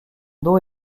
dos